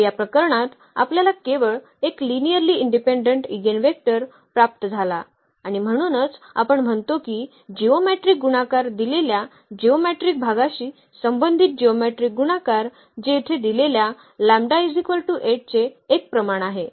तर या प्रकरणात आपल्याला केवळ एक लिनिअर्ली इंडिपेंडेंट इगेनवेक्टर प्राप्त झाला आणि म्हणूनच आपण म्हणतो की जिओमेट्रीक गुणाकार दिलेल्या जिओमेट्रीक भागाशी संबंधित जिओमेट्रीक गुणाकार जे येथे दिलेल्या चे 1 प्रमाण आहेत